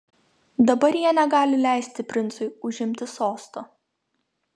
dabar jie negali leisti princui užimti sosto